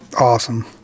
Awesome